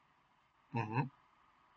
hmm